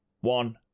one